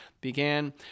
began